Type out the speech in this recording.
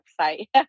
website